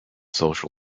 social